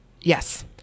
Yes